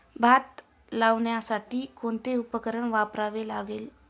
भात लावण्यासाठी कोणते उपकरण वापरावे लागेल?